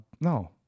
No